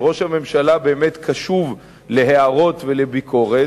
שראש הממשלה באמת קשוב להערות ולביקורת